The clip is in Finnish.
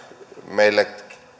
meille